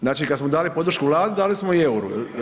Znači kada smo dali podršku Vladi, dali smo i euru?